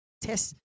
test